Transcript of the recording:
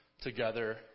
together